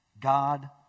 God